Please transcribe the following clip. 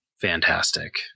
fantastic